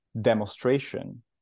demonstration